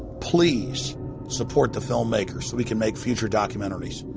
please support the filmmakers so we can make future documentaries.